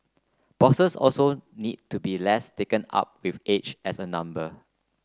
bosses also need to be less taken up with age as a number